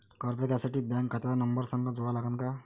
कर्ज घ्यासाठी बँक खात्याचा नंबर संग जोडा लागन का?